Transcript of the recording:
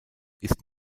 ist